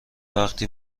وقتی